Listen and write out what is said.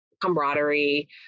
camaraderie